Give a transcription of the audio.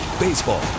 Baseball